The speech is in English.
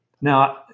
Now